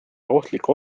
ohtlikke